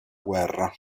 guerra